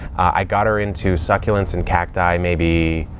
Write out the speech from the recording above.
i got her into succulents and cacti, maybe,